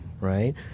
right